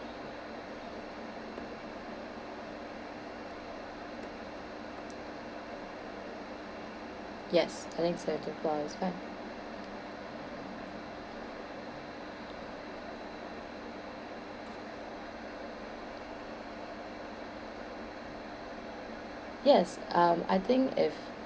yes I think seventeenth floor is fine yes um I think if